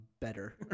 Better